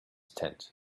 tent